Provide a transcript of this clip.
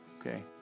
okay